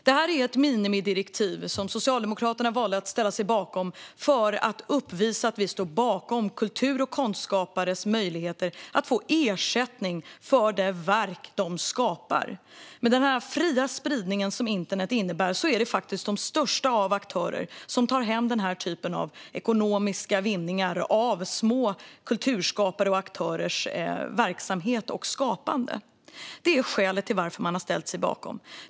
Detta är ett minimidirektiv som vi i Socialdemokraterna valde att ställa oss bakom för att visa att vi står bakom att kultur och konstskapare ska få ersättning för de verk de skapar. Med den fria spridning internet innebär är det faktiskt de största aktörerna som tar hem den här typen av ekonomisk vinning av små kulturskapares och aktörers verksamhet och skapande. Det är skälet till att vi har ställt oss bakom det.